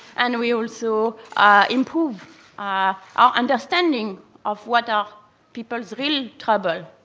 and we also improve our understanding of what our people's really trouble